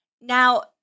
Now